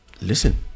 listen